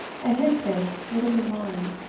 and his scrape would have been mine.